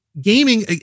gaming